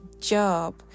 job